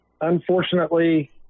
unfortunately